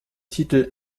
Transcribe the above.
titel